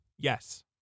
Yes